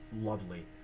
lovely